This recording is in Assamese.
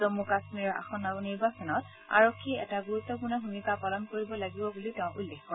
জম্মু কাশ্মীৰৰ আসন্ন নিৰ্বাচনত আৰক্ষীয়ে এটা গুৰুত্বপূৰ্ণ ভূমিকা পালন কৰিব লাগিব বুলিও তেওঁ উল্লেখ কৰে